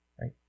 right